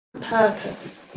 purpose